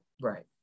Right